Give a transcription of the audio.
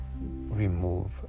remove